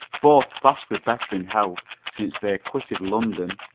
both vastly better in health since they quitted london.